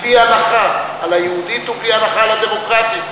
בלי הנחה ליהודית ובלי הנחה לדמוקרטית.